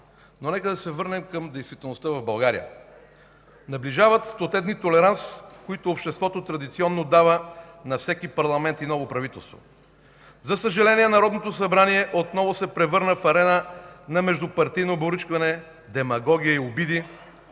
Но нека да се върнем към действителността в България. Наближават 100-те дни толеранс, които обществото традиционно дава на всеки парламент и ново правителство. За съжаление Народното събрание отново се превърна в арена на междупартийно боричкане, демагогия и обиди,